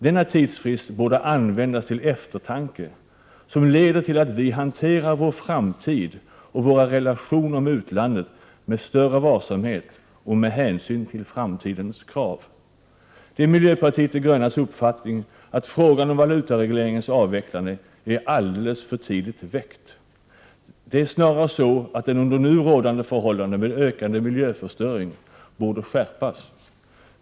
Denna tidsfrist borde användas till eftertanke som leder till att vi hanterar vår framtid och våra relationer med utlandet med större varsamhet och med hänsyn till framtidens krav. Det är miljöpartiet de grönas uppfattning att frågan om valutaregleringens avvecklande är alldeles för tidigt väckt. Den borde i stället, under nu rådande förhållanden med ökande miljöförstöring, skärpas.